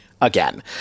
again